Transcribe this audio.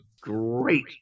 great